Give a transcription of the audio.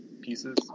pieces